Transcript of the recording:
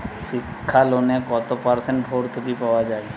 শিক্ষা লোনে কত পার্সেন্ট ভূর্তুকি পাওয়া য়ায়?